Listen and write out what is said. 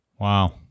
Wow